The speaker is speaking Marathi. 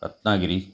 रत्नागिरी